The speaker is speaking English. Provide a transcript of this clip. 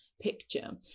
picture